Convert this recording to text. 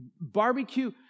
Barbecue